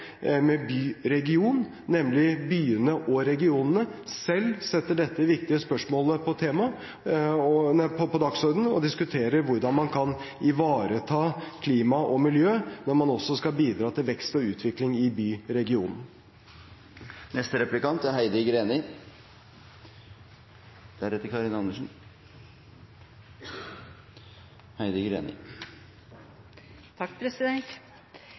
med byregion, nemlig byene og regionene, selv setter dette viktige spørsmålet på dagsordenen og diskuterer hvordan man kan ivareta klima og miljø når man også skal bidra til vekst og utvikling i byregionene. Alle snakker varmt om jordvern, men få er